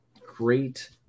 great